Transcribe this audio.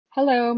Hello